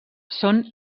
són